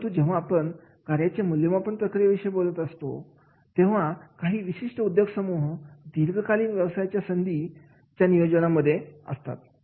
परंतु जेव्हा आपण कार्याचे मूल्यमापन प्रक्रियेविषयी बोलत असतो तेव्हा काही विशिष्ट उद्योग समूह दीर्घकालीन व्यवसायाच्या संधी च्या नियोजनाविषयी बोलत असतात